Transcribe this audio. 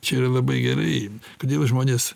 čia yra labai gerai kodėl žmonės